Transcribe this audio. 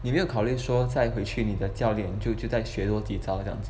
你没有考虑说再回去你的教练就去学多几招这样子